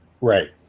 Right